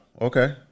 Okay